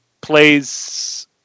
plays